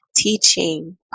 teaching